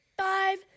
Five